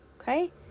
Okay